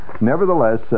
nevertheless